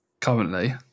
currently